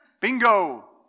Bingo